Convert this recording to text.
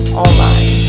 online